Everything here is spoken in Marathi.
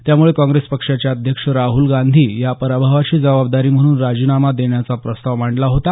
त्यामुळे काँग्रेस पक्षाचे अध्यक्ष राहूल गांधी या पराभवाची जबाबदारी म्हणून राजिनामा देण्याचा प्रस्ताव मांडला होता